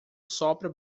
sopra